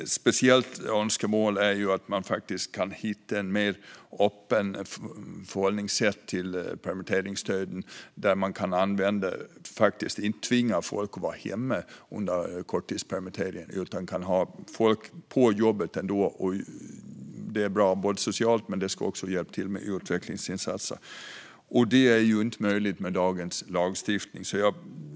Ett speciellt önskemål är ett mer öppet förhållningssätt till permitteringsstöden så att folk inte tvingas att vara hemma under korttidspermitteringen utan ändå kan vara på jobbet. Det är bra socialt och kan också hjälpa till med utvecklingsinsatser. Det är inte möjligt med dagens lagstiftning.